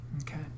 Okay